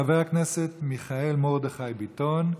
חבר הכנסת מיכאל מרדכי ביטון.